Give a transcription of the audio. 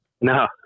No